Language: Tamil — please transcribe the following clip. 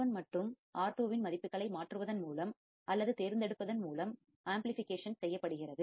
R1 மற்றும் R2 இன் மதிப்புகளை மாற்றுவதன் மூலம் அல்லது தேர்ந்தெடுப்பதன் மூலம் பெருக்கம் ஆம்பிளிஃபிகேஷன் செய்யப்படுகிறது